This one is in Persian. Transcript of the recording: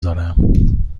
دارم